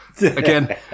Again